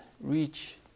reach